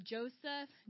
Joseph